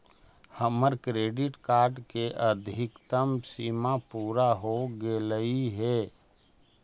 हमर credit card के अधिकतम सीमा पूरा हो गेलई हे